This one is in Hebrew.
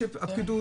הפקידוּת,